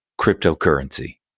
cryptocurrency